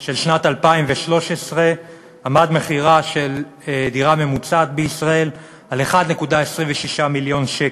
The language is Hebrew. של שנת 2013 עמד מחירה של דירה ממוצעת בישראל על 1.26 מיליון שקלים,